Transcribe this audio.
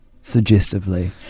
Suggestively